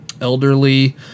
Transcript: elderly